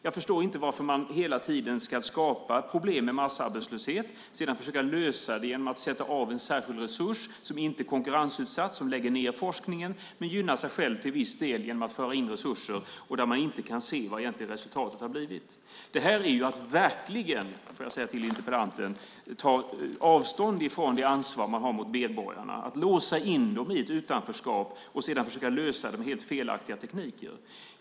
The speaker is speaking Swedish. Jag förstår inte varför man hela tiden ska skapa problem med massarbetslöshet och sedan försöka lösa dem genom att sätta av en särskild resurs som inte är konkurrensutsatt, som lägger ned forskningen men gynnar sig själv till viss del genom att föra in resurser samtidigt som man inte kan se vad resultatet har blivit. Låt mig säga till interpellanten att det verkligen är att ta avstånd från det ansvar man har mot medborgarna. Man låser in dem i ett utanförskap och försöker sedan lösa det med helt felaktiga tekniker. Fru talman!